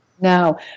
no